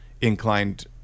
inclined